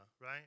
right